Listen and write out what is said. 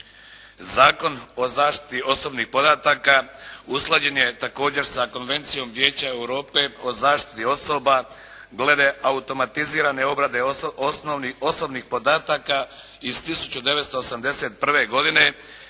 Zakon o zaštiti osobnih podataka usklađen je također sa Konvencijom Vijeća Europe o zaštiti osoba glede automatizirane obrade osobnih podataka iz 1981. godine,